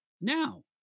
Now